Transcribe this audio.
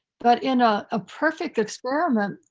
but in a ah perfect experiment,